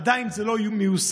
זה עדיין לא מיושם.